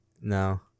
No